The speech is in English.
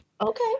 Okay